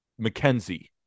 McKenzie